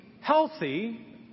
healthy